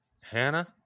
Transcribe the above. Hannah